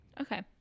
okay